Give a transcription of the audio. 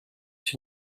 się